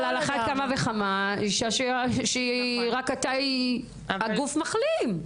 אבל על אחת כמה וכמה לאישה שרק עתה הגוף מחלים.